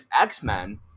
X-Men